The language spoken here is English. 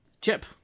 Chip